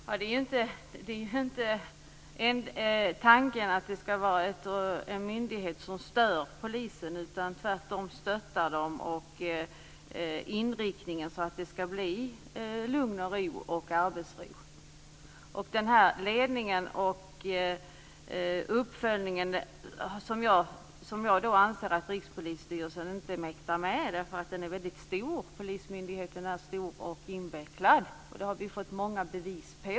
Herr talman! Det är inte tanken att det här ska vara en myndighet som stör polisen utan som tvärtom stöder den och den här inriktningen så att det ska bli lugn och ro i arbetet. Det är den här ledningen och uppföljningen som jag anser att Rikspolisstyrelsen inte mäktar med. Den är ju väldigt stor. Polismyndigheten är stor och invecklad, det har vi fått många bevis på.